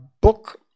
book